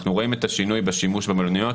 אנחנו רואים את השינוי בשימוש במלוניות